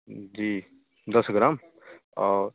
जी दस ग्राम और